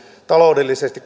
taloudellisesti